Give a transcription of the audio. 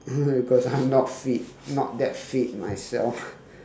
I cause I'm not fit not that fit myself